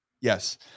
Yes